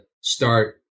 start